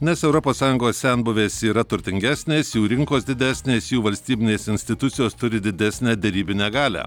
nes europos sąjungos senbuvės yra turtingesnės jų rinkos didesnės jų valstybinės institucijos turi didesnę derybinę galią